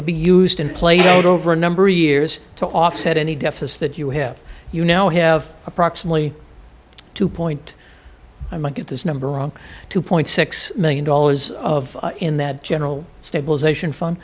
to be used in place over a number of years to offset any deficit that you have you now have approximately two point i might get this number wrong two point six million dollars of in that general stabilization fun